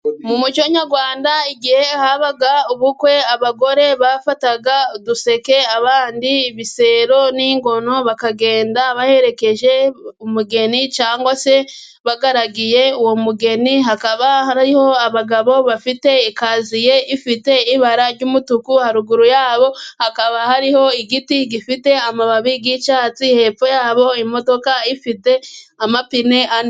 Mu muco nyarwanda igihe habaga ubukwe, abagore bafataga uduseke abandi ibisero n'inkono, bakagenda baherekeje umugeni cyangwa se bagaragiye uwo mugeni, hakaba hariho abagabo bafite ikaziye ifite ibara ry'umutuku, haruguru yabo hakaba hariho igiti gifite amababi y'icyatsi, hepfo yabo imodoka ifite amapine ane.